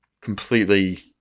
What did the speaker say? completely